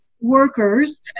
workers